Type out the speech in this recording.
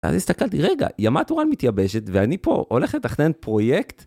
אז הסתכלתי, רגע, ימת אורן מתייבשת, ואני פה הולך לתכנן פרויקט?